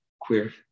queer